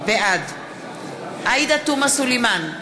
בעד עאידה תומא סלימאן,